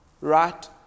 right